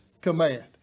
command